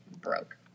broke